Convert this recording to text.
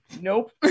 nope